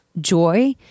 joy